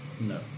No